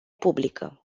publică